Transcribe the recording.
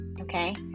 okay